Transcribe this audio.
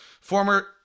former